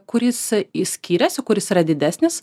kuris skyriasi kuris yra didesnis